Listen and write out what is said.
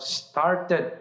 started